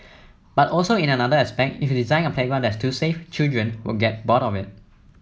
but also in another aspect if you design a playground that's too safe children will get bored of it